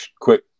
quick